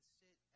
sit